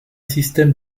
système